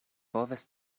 povas